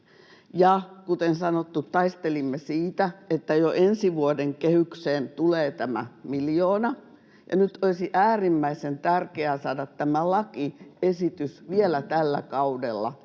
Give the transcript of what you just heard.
Ja kuten sanottu, taistelimme siitä, että jo ensi vuoden kehykseen tulee tämä miljoona. Nyt olisi äärimmäisen tärkeää saada tämä lakiesitys vielä tällä kaudella